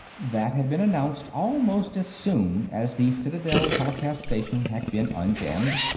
that had been announced almost as soon as the citadel telecast-station had been unjammed,